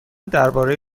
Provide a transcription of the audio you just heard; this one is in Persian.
درباره